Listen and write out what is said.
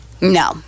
No